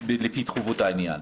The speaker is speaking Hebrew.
לפי דחיפות העניין.